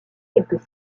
quelques